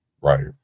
right